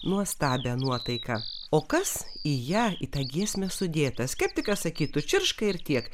nuostabią nuotaiką o kas į ją į tą giesmę sudėta skeptikas sakytų čirška ir tiek